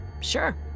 Sure